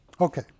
Okay